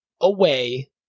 away